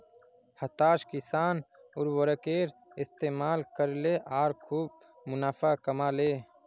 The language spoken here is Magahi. हताश किसान उर्वरकेर इस्तमाल करले आर खूब मुनाफ़ा कमा ले